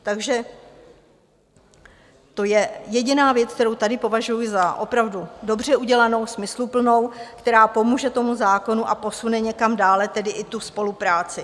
Takže to je jediná věc, kterou tady považuji za opravdu dobře udělanou, smysluplnou, která pomůže tomu zákonu a posune někam dále tedy i tu spolupráci.